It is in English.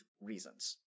reasons